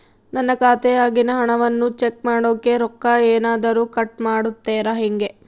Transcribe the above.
ನನ್ನ ಖಾತೆಯಾಗಿನ ಹಣವನ್ನು ಚೆಕ್ ಮಾಡೋಕೆ ರೊಕ್ಕ ಏನಾದರೂ ಕಟ್ ಮಾಡುತ್ತೇರಾ ಹೆಂಗೆ?